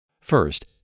First